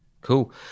Cool